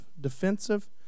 defensive